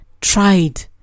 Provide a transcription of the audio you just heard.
tried